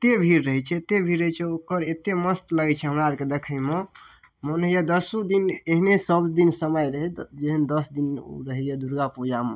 एते भीड़ रहै छै एते भीड़ रहै छै ओकर एते मस्त लागै छै हमरा आरके देखैमे मन होइए दसो दिन एहने सब दिन समय रहितै जेहन दस दिन रहैया दुर्गा पूजामे